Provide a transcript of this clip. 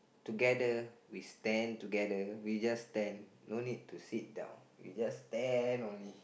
together we stand together we just stand no need to sit down we just stand only